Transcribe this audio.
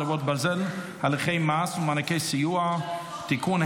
חרבות ברזל) (הליכי מס ומענקי סיוע) (תיקון,